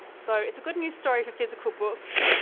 so it's a good news story for physical books.